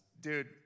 Dude